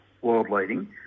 world-leading